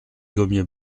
gommiers